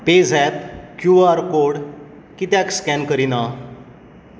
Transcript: PayZapp Q R code कित्याक scan करिना